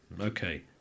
okay